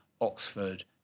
Oxford